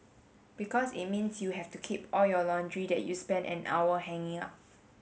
because it means you have to keep all your laundry that you spent an hour hanging up